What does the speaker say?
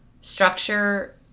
structure